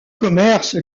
commerce